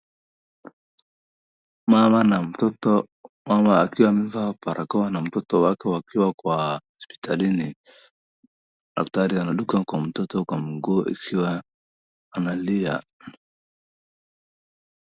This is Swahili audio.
Mama na mtoto, mama akiwa amevaa barakoa na mtoto wake wakiwa kwa hopsitalini. Daktari anadunga kwa mtoto kwa mtoto kwa mguu ikiwa analia.